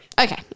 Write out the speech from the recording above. Okay